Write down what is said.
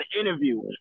interview